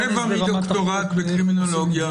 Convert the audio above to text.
רבע מדוקטורט בקרימינולוגיה.